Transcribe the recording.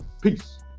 Peace